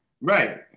right